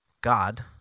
God